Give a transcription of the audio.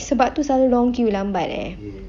sebab tu selalu long queue lambat eh